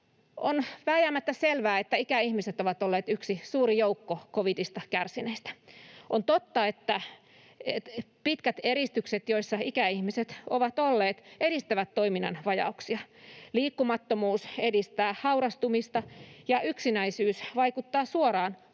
On vääjäämättä selvää, että ikäihmiset ovat olleet yksi suuri joukko covidista kärsineitä. On totta, että pitkät eristykset, joissa ikäihmiset ovat olleet, edistävät toiminnan vajauksia. Liikkumattomuus edistää haurastumista, ja yksinäisyys vaikuttaa suoraan